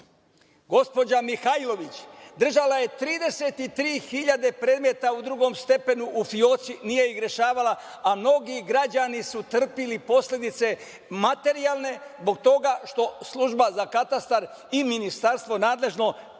gospođa Mihajlović, držala je 33.000 predmeta u drugom stepenu u fioci i nije ih rešavala, a mnogi građani su trpeli posledice materijalne zbog toga što Služba za katastar i ministarstvo nadležno nije